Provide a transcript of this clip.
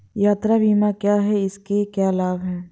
यात्रा बीमा क्या है इसके क्या लाभ हैं?